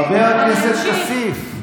חבר הכנסת כסיף.